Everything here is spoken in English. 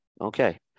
Okay